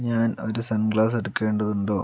ഞാൻ ഒരു sunglass എടുക്കേണ്ടതുണ്ടോ